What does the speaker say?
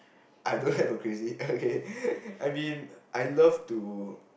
I don't have a crazy I mean I love to